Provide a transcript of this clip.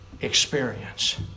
experience